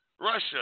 Russia